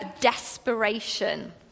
desperation